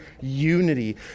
unity